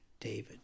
David